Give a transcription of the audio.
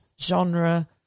genre